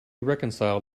reconcile